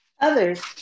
Others